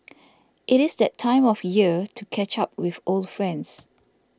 it is that time of year to catch up with old friends